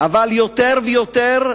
אבל יותר ויותר,